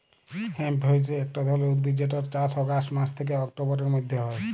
hemp হইসে একট ধরণের উদ্ভিদ যেটর চাস অগাস্ট মাস থ্যাকে অক্টোবরের মধ্য হয়